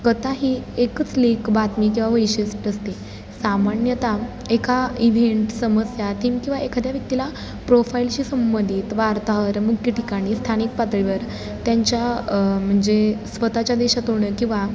कथा ही एकच लेख बातमी किंवा वैशिष्ट्य असते सामान्यत एका इव्हेंट समस्या थीम किंवा एखाद्या व्यक्तीला प्रोफाईलशी संबंधित वार्ताहर मुख्य ठिकाणी स्थानिक पातळीवर त्यांच्या म्हणजे स्वतःच्या देशातून किंवा